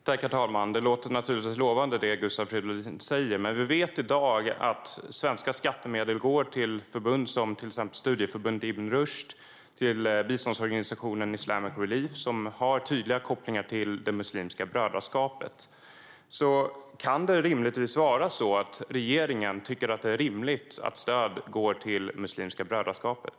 Herr talman! Det Gustav Fridolin säger låter naturligtvis lovande, men vi vet att svenska skattemedel i dag går till förbund som exempelvis studieförbundet Ibn Rushd och biståndsorganisationen Islamic Relief, som har tydliga kopplingar till Muslimska brödraskapet. Tycker regeringen att det är rimligt att stöd går till Muslimska brödraskapet?